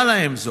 מסבירה להם זאת?